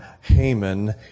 Haman